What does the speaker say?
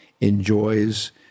enjoys